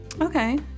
okay